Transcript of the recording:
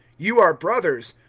you are brothers.